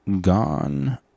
gone